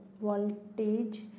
voltage